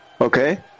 Okay